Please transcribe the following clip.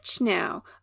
now